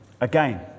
Again